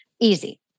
easy